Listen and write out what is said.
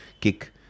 kick